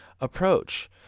approach